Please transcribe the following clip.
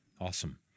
awesome